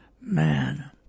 Man